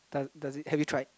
does does it have you tried